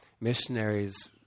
missionaries